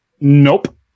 Nope